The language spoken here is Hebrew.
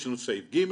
יש לנו סעיף (ג),